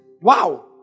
wow